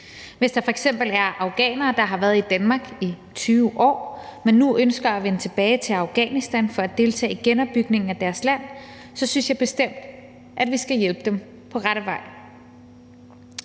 Hvis der f.eks. er afghanere, der har været i Danmark i 20 år, men som nu ønsker at vende tilbage til Afghanistan for at deltage i genopbygningen af deres land, så synes jeg bestemt, at vi skal hjælpe dem på rette vej.